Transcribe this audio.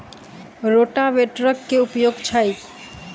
रोटावेटरक केँ उपयोग छैक?